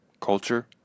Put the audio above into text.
culture